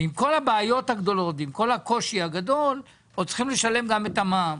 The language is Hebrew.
עם כל הבעיות הגדולות ועם כל הקושי הגדול עוד צריכים לשלם גם את המע"מ,